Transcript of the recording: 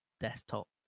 desktop